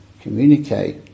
communicate